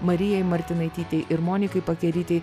marijai martinaitytei ir monikai pakerytei